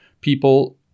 people